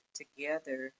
together